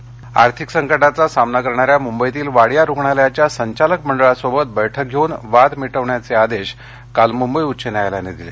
वाडिया न्यायालय आर्थिक संकटाचा सामना करणाऱ्या मुंबईतील वाडिया रुग्णालयाच्या संचालक मंडळासोबत बैठक घेऊन वाद मिटवण्याचे आदेश काल मुंबई उच्च न्यायालयानं दिले